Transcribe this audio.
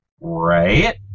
right